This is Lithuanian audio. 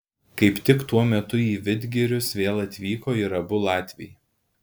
kaip tik tuo metu į vidgirius vėl atvyko ir abu latviai